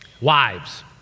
Wives